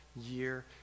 year